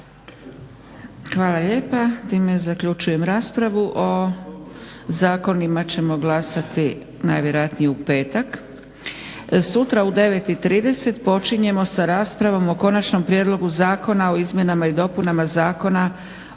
Hvala lijepa. Time zaključujem raspravu. O zakonima ćemo glasati najvjerojatnije u petak. Sutra u 9,30 počinjemo sa raspravom o konačnom prijedlogu zakona o izmjenama i dopunama Zakona